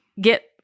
get